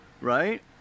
right